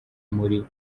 muri